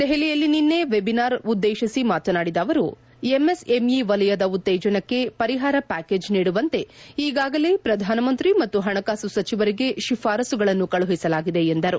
ದೆಹಲಿಯಲ್ಲಿ ನಿನ್ನೆ ವೆಬಿನಾರ್ ಉದ್ದೇಶಿಸಿ ಮಾತನಾಡಿದ ಅವರು ಎಂಎಸ್ಎಂಇ ವೆಲಯದ ಉತ್ತೇಜನಕ್ಕೆ ಪರಿಹಾರ ಪ್ಯಾಕೇಜ್ ನೀಡುವಂತೆ ಈಗಾಗಲೇ ಪ್ರಧಾನಮಂತ್ರಿ ಮತ್ತು ಹಣಕಾಸು ಸಚಿವರಿಗೆ ಶಿಫಾರಸುಗಳನ್ನು ಕಳುಹಿಸಲಾಗಿದೆ ಎಂದರು